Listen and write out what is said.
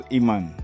Iman